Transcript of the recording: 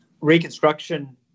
reconstruction